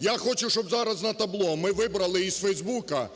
Я хочу, щоб зараз на табло ми вибрали із Фейсбука: